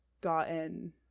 gotten